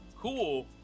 Cool